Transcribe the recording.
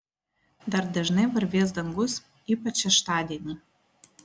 dar dažnai varvės dangus ypač šeštadienį